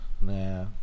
Nah